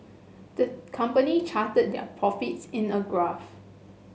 the company charted their profits in a graph